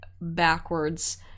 backwards